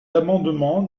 amendement